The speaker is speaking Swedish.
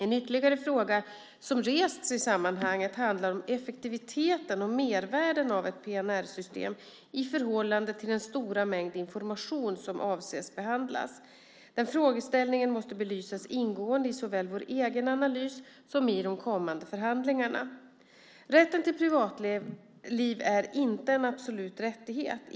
En ytterligare fråga som rests i sammanhanget handlar om effektiviteten och mervärdet av ett PNR-system i förhållande till den stora mängd information som avses att behandlas. Den frågeställningen måste belysas ingående såväl i vår egen analys som i de kommande förhandlingarna. Rätten till privatliv är inte en absolut rättighet.